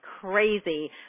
crazy